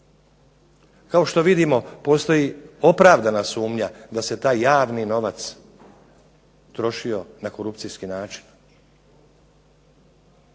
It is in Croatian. Kao što vidimo postoji opravdana sumnja da se taj javni novac trošio na korupcijski način.